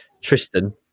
Tristan